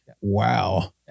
Wow